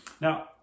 Now